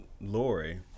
Lori